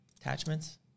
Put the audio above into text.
Attachments